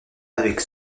avec